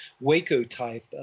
Waco-type